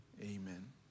Amen